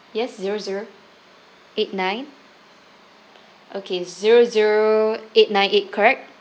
yes zero zero eight nine okay zero zero eight nine eight correct